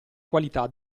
qualità